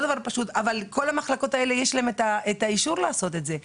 אבל לכל המחלקות האלה יש האישור לעשות את זה.